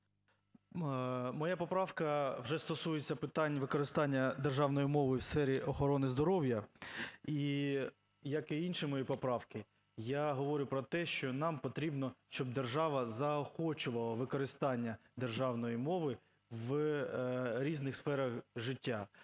Моя поправка вже стосується питань використання державної мови в сфері охорони здоров'я. І, як і інші мої поправки, я говорю про те, що нам потрібно, щоб держава заохочувала використання державної мови в різних сферах життя,